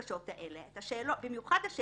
היום י"א בכסלו התשע"ט.